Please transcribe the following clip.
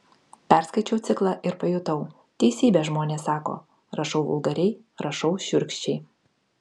perskaičiau ciklą ir pajutau teisybę žmonės sako rašau vulgariai rašau šiurkščiai